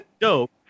dope